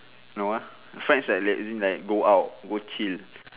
no ah friend is like as in like go out go chill